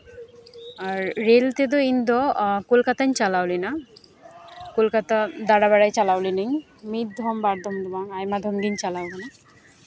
ᱟᱨ rail ᱛᱮᱫᱚ ᱤᱧᱫᱚ ᱠᱳᱞᱠᱟᱛᱟᱧ ᱪᱟᱞᱟᱣ ᱞᱮᱱᱟ ᱠᱳᱞᱠᱟᱛᱟ ᱫᱟᱬᱟᱵᱟᱲᱟᱭ ᱪᱟᱞᱟᱣ ᱞᱤᱱᱟᱹᱧ ᱢᱤᱫᱚᱢ ᱵᱟᱨᱫᱚᱢ ᱫᱚ ᱵᱟᱝ ᱟᱭᱢᱟ ᱫᱚᱢ ᱜᱤᱧ ᱪᱟᱞᱟᱣ ᱠᱟᱱᱟ